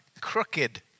crooked